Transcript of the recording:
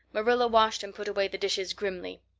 marilla washed and put away the dishes grimly.